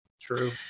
true